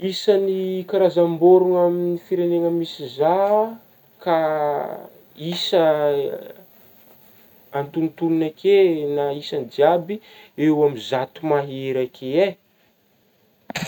Isan'ny karazam-bôrigna amin'ny firenegna misy zah isa antonotonony akeo na isagny jiaby eo amin'ny zato mahery akeo eh.